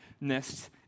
nests